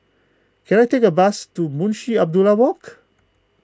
can I take a bus to Munshi Abdullah Walk